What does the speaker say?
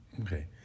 Okay